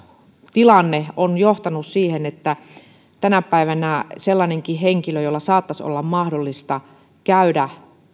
tilanne on johtanut myöskin siihen että koska palkasta tapahtuu ulosmittaus niin tänä päivänä sellaisenkin henkilön jonka saattaisi olla mahdollista käydä